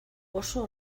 oso